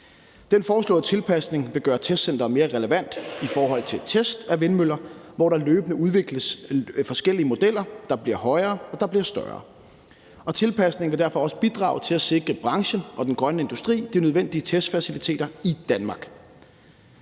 Den foreslåede tilpasning vil gøre testcenteret mere relevant i forhold til test af vindmøller, hvorved der udvikles løbende forskellige modeller, der bliver højere og større. Tilpasningen vil derfor også bidrage til at sikre branchen og den grønne industri de nødvendige testfaciliteter i Danmark.